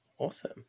Awesome